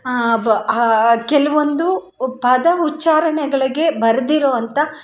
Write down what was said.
ಕೆಲ್ವೊಂದು ಪದ ಉಚ್ಚಾರಣೆಗಳಗೆ ಬರದಿರೊ ಅಂತ